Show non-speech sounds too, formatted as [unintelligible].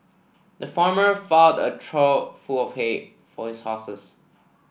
the farmer [unintelligible] a trough full of hay for his horses